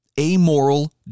amoral